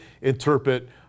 interpret